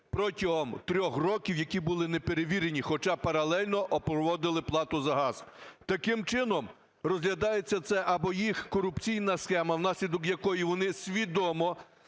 протягом 3 років, які були не перевірені, хоча паралельно проводили плату за газ. Таким чином, розглядається… це або їх корупційна схема, внаслідок якої вони свідомо